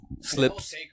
slips